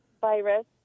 virus